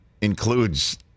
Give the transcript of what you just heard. includes